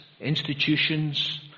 institutions